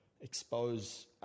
expose